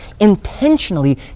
intentionally